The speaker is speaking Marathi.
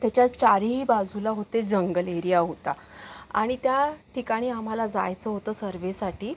त्याच्याच चारही बाजूला होते जंगल एरिया होता आणि त्या ठिकाणी आम्हाला जायचं होतं सर्वेसाठी